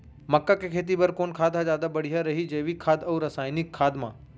मक्का के खेती बर कोन खाद ह जादा बढ़िया रही, जैविक खाद अऊ रसायनिक खाद मा?